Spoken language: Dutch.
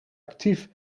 actief